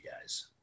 guys